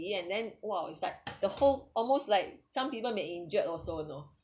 and then !wow! is like the whole almost like some people may injured also you know